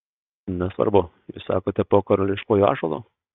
nesvarbu jūs sakote po karališkuoju ąžuolu